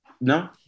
no